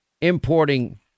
importing